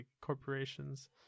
corporations